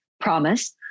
promise